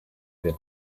their